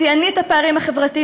שיאנית הפערים החברתיים,